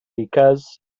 because